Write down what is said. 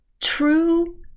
True